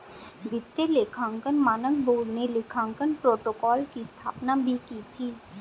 वित्तीय लेखांकन मानक बोर्ड ने लेखांकन प्रोटोकॉल की स्थापना भी की थी